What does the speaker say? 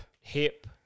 Hip